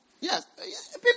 Yes